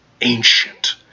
ancient